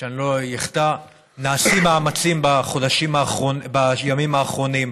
שאני לא אחטא, נעשים מאמצים בימים האחרונים,